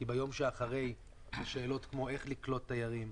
כי ביום שאחרי יעלו שאלות כמו: איך לקלוט תיירים?